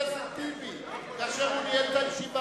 גסטרונום, כך שאינני יכול לאשר או להכחיש.